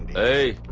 a